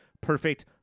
perfect